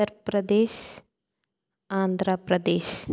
Uttar Pradesh Andhra Pradesh